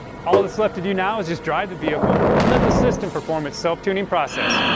all that's left to do now is just drive the vehicle and let the system perform its self-tuning process.